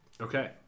Okay